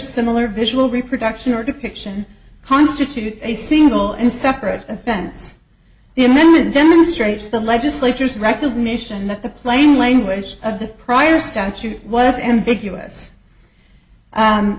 similar visual reproduction or depiction constitutes a single and separate offense the amendment demonstrates the legislature's recognition that the plain language of the prior statute was ambiguous